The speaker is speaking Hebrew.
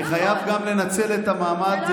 אני חייב גם לנצל את המעמד,